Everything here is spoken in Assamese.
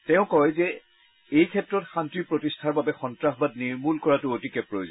তেওঁ লগতে কয় যে এইক্ষেত্ৰত শান্তি প্ৰতিষ্ঠাৰ বাবে সন্ত্ৰাসবাদ নিৰ্মূল কৰাটো অতিকে প্ৰয়োজন